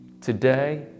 today